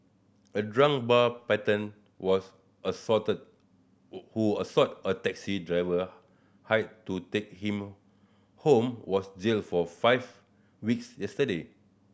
a drunk bar patron was assaulted who assaulted a taxi driver hired to take him home was jailed for five weeks yesterday